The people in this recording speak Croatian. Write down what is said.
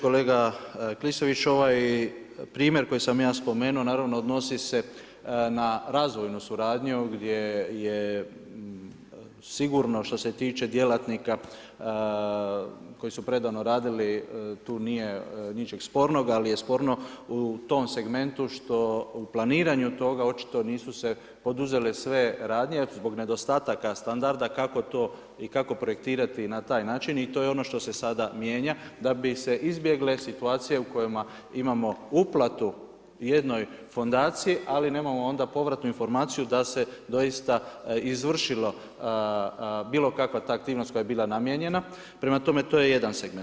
Kolega Klisović, ovaj primjer koji sam ja spomenuo, naravno odnosi se na razvojnu suradnju, gdje je sigurno što se tiče djelatnika, koji su predano radili, tu nije ničeg spornog, ali je sporno u tom segmentu, što u planiranju toga, očito nisu se poduzele sve radnje, zbog nedostataka, standarda kako to i kako projektirati na taj način i to je ono što se sad mijenja, da bi se izbjegle situacije u kojima imamo uplatu jednoj fondaciji, ali nemamo onda povratnu informaciju, da se doista izbrisala bilo kakva ta aktivnost koja je bila namijenjena, prema tome to je jedan segment.